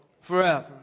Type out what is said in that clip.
forever